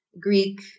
Greek